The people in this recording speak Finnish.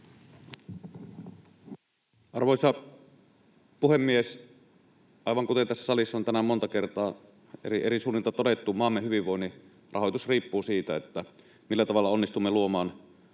Arvoisa puhemies! Aivan kuten tässä salissa on tänään monta kertaa eri suunnilta todettu, maamme hyvinvoinnin rahoitus riippuu siitä, millä tavalla onnistumme luomaan